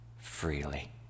freely